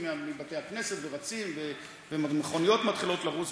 מבתי-הכנסת ורצים ומכוניות מתחילות לנסוע,